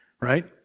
right